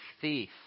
thief